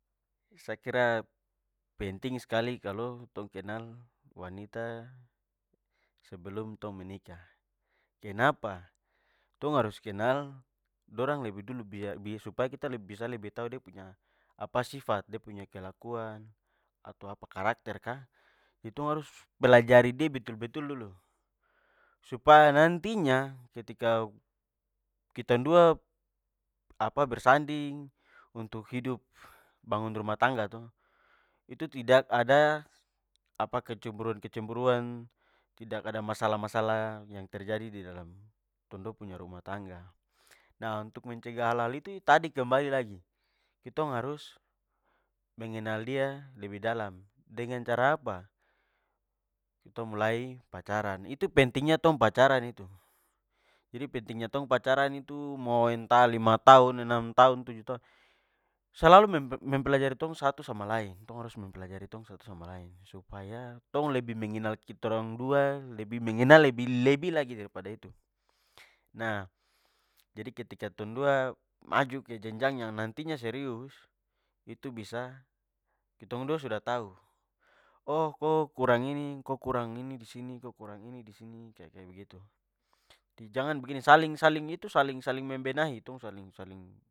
Sa kira, penting skali kalo kenal wanita sebelum tong menikah. Kenapa? Tong harus kenal dorang lebih dulu biar supaya ketong bisa lebih tau de punya apa sifat, de punya kelakuan atau apa karakter kah? Itu harus pelajari de betul-betul dulu supaya nantinya ketika ketong dua bersanding untuk hidup bangun rumah tangga to, itu tidak ada apa kecemburuan-kecemburuan, tidak ada masalah-masalah terjadi didalam tong dua punya rumah tangga. Nah untuk mencegah hal-hal itu, tadi kembali lagi, tong harus mengenal dia lebih dalam. Dengan cara apa? Ketong mulai pacaran. Itu pentingnya tong pacaran itu. Jadi, pentingnya pacaran itu mo entah lima tahun, enam tahun, tujuh tahun, selalu mempelajari tong satu sama lain. Pelajari tong satu sama lain. Supaya tong lebih mengenal kitorang dua, lebih mengenal, lebih-lebih lagi dari pada itu. Nah, jadi ketika tong dua maju ke jenjang yang nantinya serius, itu bisa ketong dua sudah tau, oh ko kurang ini, ko kurang ini disini, ko kurang ini disini, kaya-kaya begitu, saling-saling itu, saling-saling membenahi, tong saling-saling